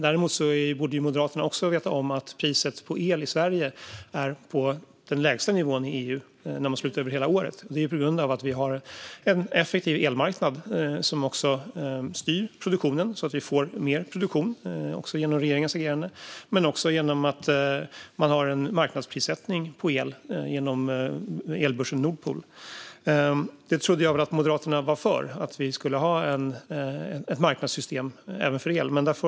Däremot borde Moderaterna också veta om att priset på el i Sverige hör till de lägsta i EU när man slår ut det över hela året. Det är på grund av att vi har en effektiv elmarknad som också styr produktionen, så att vi får mer produktion, dels genom regeringens agerande, dels genom att man har en marknadsprissättning på el genom elbörsen Nordpool. Jag trodde att Moderaterna var för att vi skulle ha ett marknadssystem även för el.